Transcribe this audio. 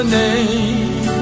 name